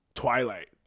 Twilight